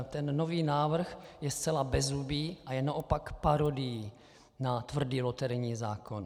Ten nový návrh je zcela bezzubý a je naopak parodií na tvrdý loterijní zákon.